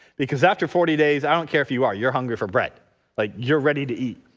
because after forty days i don't care if you are you're hungry for bread like you're ready to eat.